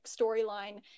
storyline